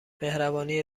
مهربانی